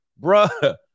Bruh